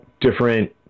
different